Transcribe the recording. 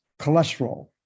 cholesterol